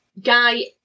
Guy